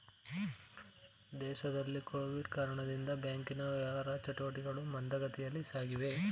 ದೇಶದಲ್ಲಿ ಕೊವಿಡ್ ಕಾರಣದಿಂದ ಬ್ಯಾಂಕಿನ ವ್ಯವಹಾರ ಚಟುಟಿಕೆಗಳು ಮಂದಗತಿಯಲ್ಲಿ ಸಾಗಿವೆ